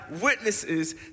witnesses